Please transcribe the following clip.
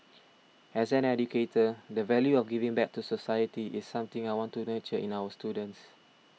as an educator the value of giving back to society is something I want to nurture in our students